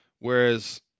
Whereas